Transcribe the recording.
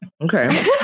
Okay